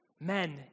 Men